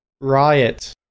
Riot